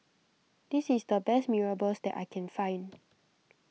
this is the best Mee Rebus that I can find